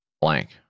blank